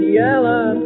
yellow